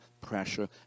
pressure